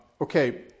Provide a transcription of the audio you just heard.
okay